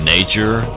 Nature